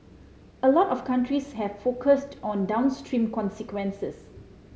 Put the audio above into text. a lot of countries have focused on downstream consequences